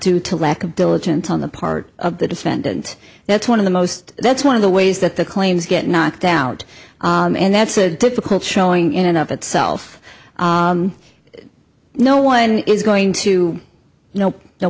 due to lack of diligence on the part of the defendant that's one of the most that's one of the ways that the claims get knocked out and that's a difficult showing in and of itself no one is going to know the